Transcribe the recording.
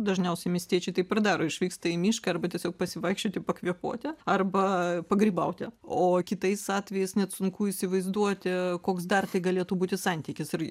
dažniausiai miestiečiai taip ir daro išvyksta į mišką arba tiesiog pasivaikščioti pakvėpuoti arba pagrybauti o kitais atvejais net sunku įsivaizduoti koks dar tai galėtų būti santykis ir